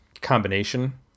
combination